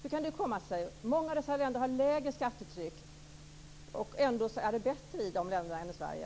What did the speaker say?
Hur kan det komma sig att många av dessa länder har ett lägre skattetryck och att det ändå är bättre i dessa länder än i Sverige?